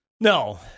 No